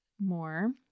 more